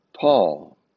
Paul